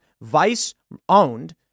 Vice-owned